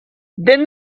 then